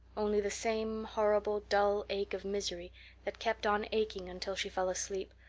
only the same horrible dull ache of misery that kept on aching until she fell asleep,